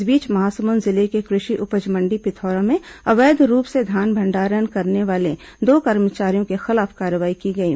इस बीच महासमुंद जिले के कृषि उपज मण्डी पिथौरा में अवैध रूप से धान भंडारण करने वाले दो कर्मचारियों के खिलाफ कार्रवाई की गई है